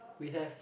we have